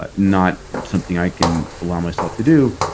but not something i can allow myself to do.